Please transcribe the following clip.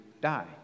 die